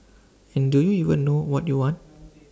and do you even know what you want